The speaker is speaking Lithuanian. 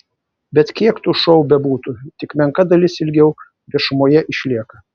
bet kiek tų šou bebūtų tik menka dalis ilgiau viešumoje išlieka